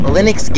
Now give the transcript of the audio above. Linux